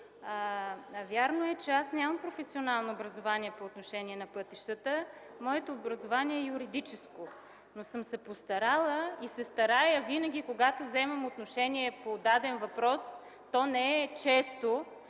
вярно е, че аз нямам професионално образование по отношение на пътищата – моето образование е юридическо. Но съм се постарала и се старая винаги когато вземам отношение по даден въпрос, то не е често,